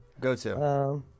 Go-to